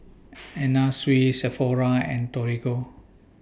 Anna Sui Sephora and Torigo